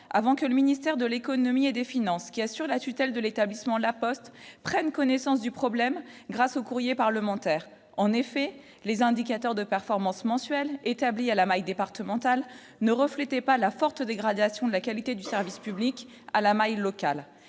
avant que le ministère de l'Économie et des Finances, qui assure la tutelle de l'établissement La Poste prenne connaissance du problème grâce au courrier parlementaire, en effet, les indicateurs de performance mensuelle établie à la maille départemental ne reflétait pas la forte dégradation de la qualité du service public à la maille locale